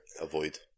avoid